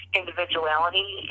individuality